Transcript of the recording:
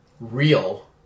real